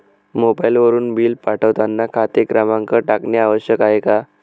मोबाईलवरून बिल पाठवताना खाते क्रमांक टाकणे आवश्यक आहे का?